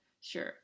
sure